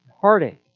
heartache